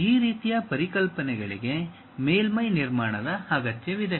ಈ ರೀತಿಯ ಪರಿಕಲ್ಪನೆಗಳಿಗೆ ಮೇಲ್ಮೈ ನಿರ್ಮಾಣದ ಅಗತ್ಯವಿದೆ